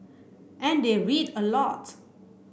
and they read a lot